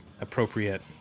appropriate